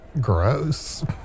Gross